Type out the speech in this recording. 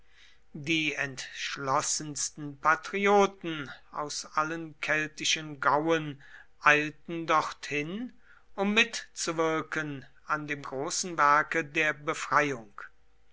die entschlossensten patrioten aus allen keltischen gauen eilten dorthin um mitzuwirken an dem großen werke der befreiung